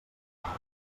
barra